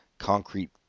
concrete